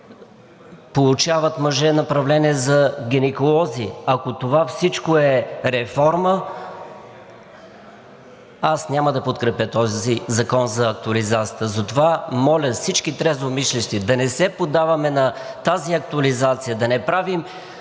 мъже получават направление за гинеколози. Ако това всичко е реформа, аз няма да подкрепя този закон за актуализацията. Затова моля всички трезвомислещи да не се поддаваме на тази актуализация, да не правим